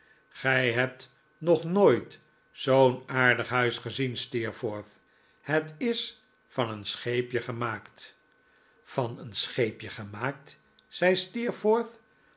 gij hebt nog nooit zoo'n aardig huis gezien steerforth het is van een scheepje gemaakt van een scheepje gemaakt zei